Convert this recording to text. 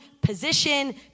position